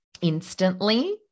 instantly